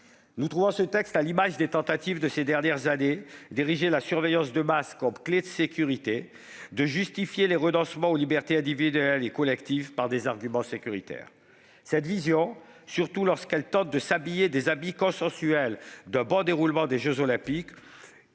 les mêmes. Ce texte est à l'image des tentatives de ces dernières années d'ériger la surveillance de masse en clé de sécurité et de justifier les renoncements aux libertés individuelles et collectives par des arguments sécuritaires. Cette vision, surtout lorsqu'elle tente de s'habiller des habits consensuels du bon déroulement des jeux Olympiques,